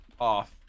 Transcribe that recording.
off